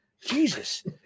Jesus